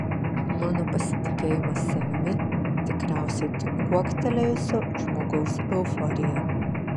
mano pasitikėjimas savimi tikriausiai tik kuoktelėjusio žmogaus euforija